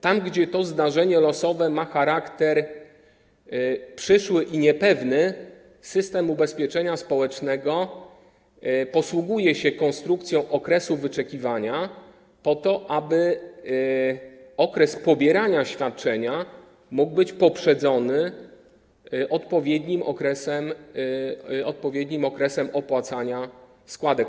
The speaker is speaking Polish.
Tam, gdzie to zdarzenie losowe ma charakter przyszły i niepewny, system ubezpieczenia społecznego posługuje się konstrukcją okresu wyczekiwania po to, aby okres pobierania świadczenia mógł być poprzedzony odpowiednim okresem opłacania składek.